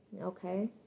okay